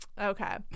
Okay